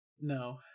No